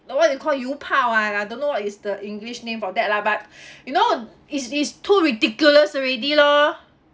the one you call 油泡 ah I don't know what is the english name for that lah but you know is is too ridiculous already lor